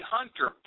Hunter